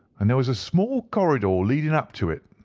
and there was a small corridor leading up to it.